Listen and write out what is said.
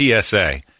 PSA